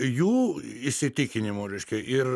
jų įsitikinimu reiškia ir